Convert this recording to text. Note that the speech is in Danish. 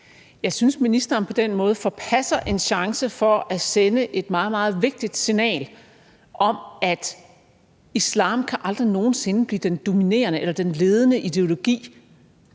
Jeg synes, at ministeren på den måde forpasser en chance for at sende et meget, meget vigtigt signal om, at islam aldrig nogen sinde kan blive den dominerende eller den ledende ideologi